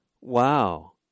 Wow